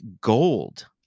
gold